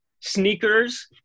sneakers